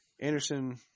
Anderson